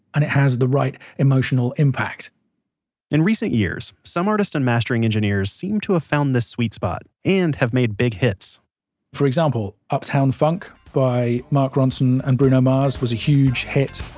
and it has the right emotional impact in recent years, some artists and mastering engineers seem to have found this sweet spot, and have made big hits for example, uptown funk by mark ronson and bruno mars was a huge hit